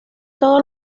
todo